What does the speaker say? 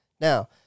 Now